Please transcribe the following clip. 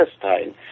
Palestine